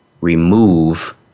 remove